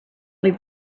leave